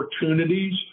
opportunities